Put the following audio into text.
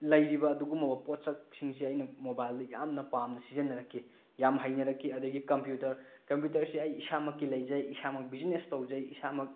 ꯂꯩꯔꯤꯕ ꯑꯗꯨꯒꯨꯝꯂꯕ ꯄꯣꯠꯁꯛꯁꯤꯡꯁꯦ ꯑꯩꯅ ꯃꯣꯕꯥꯏꯜꯗ ꯌꯥꯝꯅ ꯄꯥꯝꯅ ꯁꯤꯖꯤꯟꯅꯔꯛꯈꯤ ꯌꯥꯝ ꯍꯩꯅꯔꯛꯈꯤ ꯑꯗꯩꯒꯤ ꯀꯝꯄꯨꯇꯔ ꯀꯝꯄꯨꯇꯔꯁꯤ ꯑꯩ ꯏꯁꯥꯃꯛꯀꯤ ꯂꯩꯖꯩ ꯏꯁꯥꯃꯛ ꯕꯤꯖꯤꯅꯦꯁ ꯇꯧꯖꯩ ꯏꯁꯥꯃꯛ